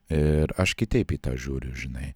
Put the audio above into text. ir aš kitaip į tą žiūriu žinai